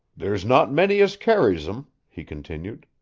there's not many as carries em, he continued,